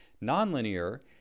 Non-linear